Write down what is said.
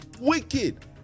wicked